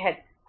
है